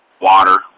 water